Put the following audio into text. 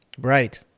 Right